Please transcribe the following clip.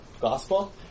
Gospel